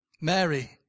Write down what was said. Mary